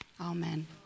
Amen